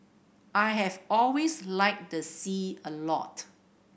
I have always liked the sea a lot